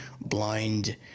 blind